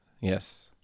Yes